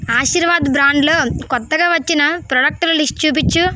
ఆశీర్వాద్ బ్రాండ్లో కొత్తగా వచ్చిన ప్రోడక్టులు లిస్ట్ చూపిచ్చు